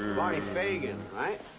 barney fagan, right?